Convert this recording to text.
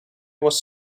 was